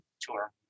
tour